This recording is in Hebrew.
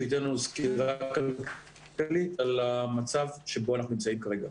ייתן לנו סקירה כלכלית על המצב שבו אנחנו נמצאים כרגע.